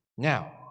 Now